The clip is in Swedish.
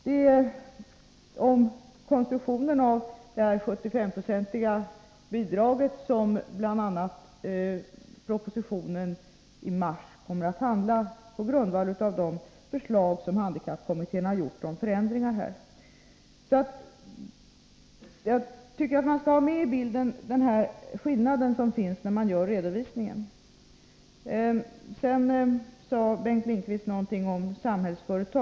Den proposition som läggs fram i mars kommer att handla bl.a. om konstruktionen av det 75-procentiga bidraget, på grundval av de förslag som handikappkommittén har gjort om förändringar i detta avseende. Jag tycker att man skall ha med den här skillnaden i bilden när man gör redovisningen. Bengt Lindqvist sade någonting om Samhällsföretag.